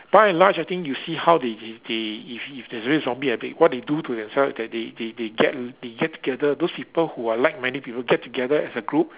by and large I think you see how they they they if if there's really a zombie outbreak what they do to themselves that they they they get they get together those people who are like minded people get together as a group